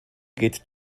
geht